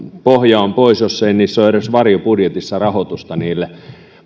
pohja on pois jos ei ole edes varjobudjetissa rahoitusta niille